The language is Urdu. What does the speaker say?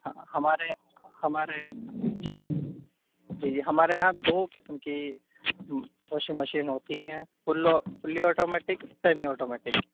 ہاں ہمارے ہمارے جی جی ہمارے یہاں دو قسم کی واشنگ مشین ہوتی ہیں فل اور فلی آٹومیٹک سیمی آٹومیٹک